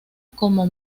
como